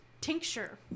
tincture